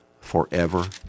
forever